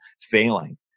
failing